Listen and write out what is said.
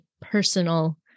personal